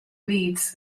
leeds